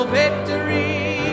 victory